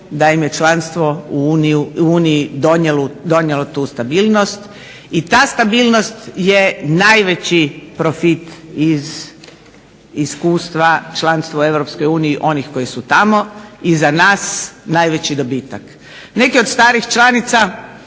da im je članstvo u Uniji donijelo tu stabilnost. I ta stabilnost je najveći profit iz iskustva članstvo u EU onih koji su tamo i za nas najveći dobitak. Neki od starih članica